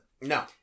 No